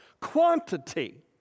quantity